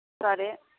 సరే